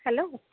hello